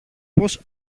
πως